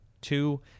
Two